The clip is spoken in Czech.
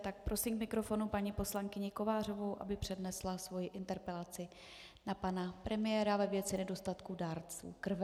Tak prosím k mikrofonu paní poslankyni Kovářovou, aby přednesla svoji interpelaci na pana premiéra ve věci nedostatku dárců krve.